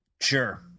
Sure